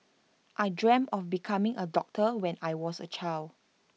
I dreamt of becoming A doctor when I was A child